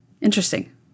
Interesting